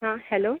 हाँ हैलो